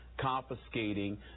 confiscating